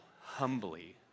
humbly